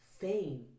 fame